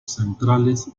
centrales